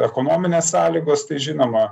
ekonominės sąlygos tai žinoma